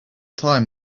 time